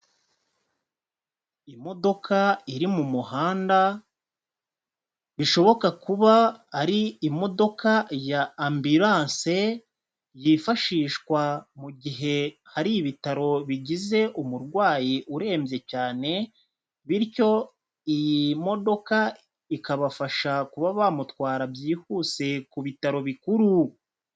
Imodoka iri mu muhanda, bishoboka kuba ari imodoka ya ambilance, yifashishwa mu gihe hari ibitaro bigize umurwayi urembye cyane bityo iyi modoka ikabafasha kuba bamutwara byihuse ku bitaro bikuru.